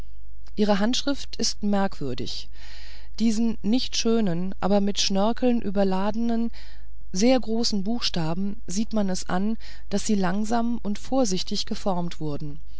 ihre handschrift ist merkwürdig diesen nicht schönen aber mit schnörkeln überladenen sehr großen buchstaben sieht man es an daß sie langsam und vorsichtig geformt wurden